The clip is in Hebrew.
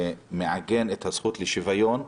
שמעגן את הזכות לשוויון,